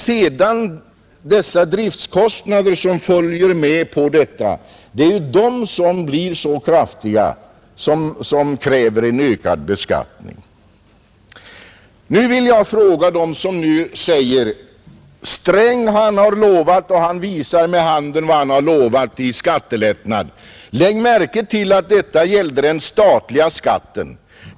Det är driftkostnaderna som följer med som blir så kraftiga och kräver en ökad beskattning. Till den som säger att Sträng har lovat skattelättnad och visar med handen vad han har lovat, vill jag säga: Lägg märke till att detta gällde den statliga skatten.